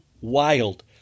wild